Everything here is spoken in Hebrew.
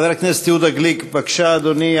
חבר הכנסת יהודה גליק, בבקשה, אדוני.